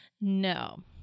no